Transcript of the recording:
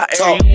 talk